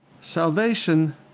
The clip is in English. salvation